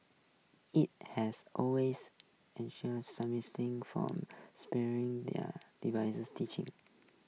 it has always ensures from sparing their divisive teachings